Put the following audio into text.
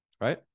right